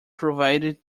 provided